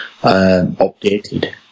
updated